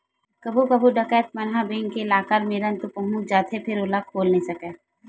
कभू कभू डकैत मन ह बेंक के लाकर मेरन तो पहुंच जाथे फेर ओला खोल नइ सकय